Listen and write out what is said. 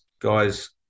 guys